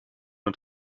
und